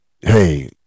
hey